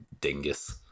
dingus